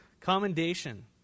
Commendation